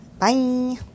Bye